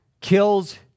kills